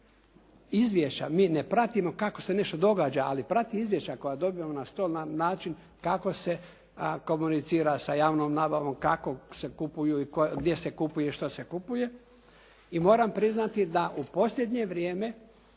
Izvješća, mi ne pratimo kako se nešto događa, ali prate izvješća koja dobivamo na stol na način kako se komunicira sa javnom nabavom kako se kupuju i gdje se kupuje i što se kupuje. I moram priznati da u posljednje vrijeme,